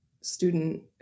student